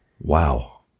Wow